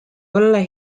õlle